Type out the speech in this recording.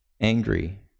angry